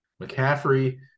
McCaffrey